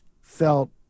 felt